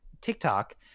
TikTok